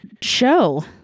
show